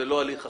ולא הליך אחר.